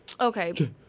Okay